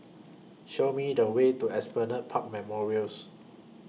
Show Me The Way to Esplanade Park Memorials